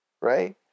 right